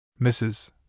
Mrs